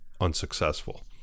unsuccessful